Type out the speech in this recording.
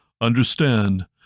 understand